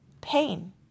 pain